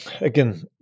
again